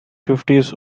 fifties